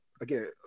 again